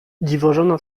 dziwożona